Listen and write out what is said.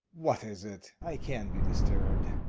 what is it? i can't be disturbed.